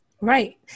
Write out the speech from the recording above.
Right